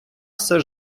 все